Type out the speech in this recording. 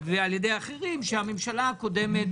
התשובה היא כן.